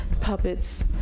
puppets